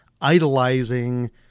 idolizing